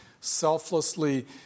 selflessly